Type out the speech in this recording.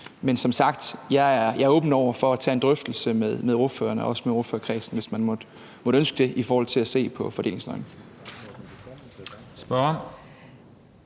er som sagt åben over for at tage en drøftelse med ordførerne og også med ordførerkredsen, hvis man måtte ønske det, i forhold til at se på fordelingsnøglen.